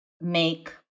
make